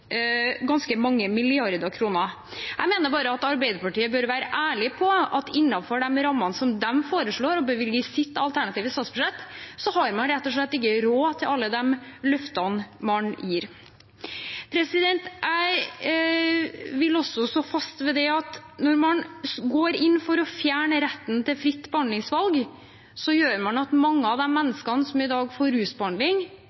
ganske mange milliarder kroner. Jeg mener bare at Arbeiderpartiet bør være ærlige på at innenfor de rammene som de foreslår å bevilge i sitt alternative statsbudsjett, har man rett og slett ikke råd til alle de løftene man gir. Jeg vil stå fast ved at det å gå inn for å fjerne retten til fritt behandlingsvalg gjør at mange av de menneskene som i dag får rusbehandling, mister retten til å velge et tilbud som passer dem